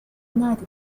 united